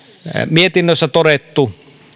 mietinnössä todettu